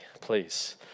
please